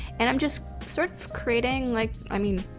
and i'm just sort of creating like, i mean,